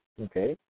okay